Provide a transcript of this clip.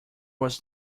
was